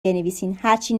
بنویسین، هرچی